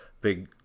big